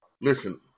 listen